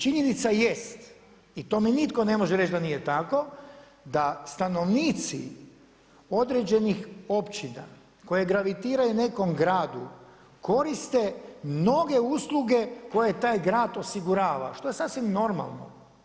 I činjenica jest i to mi nitko ne može reći da nije tako, da stanovnici određenih općina koje gravitiraju u nekom gradu, koriste mnoge usluge koje taj grad osigurava, što je sasvim normalno.